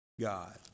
God